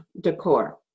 decor